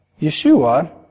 Yeshua